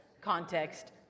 context